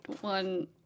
one